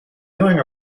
doing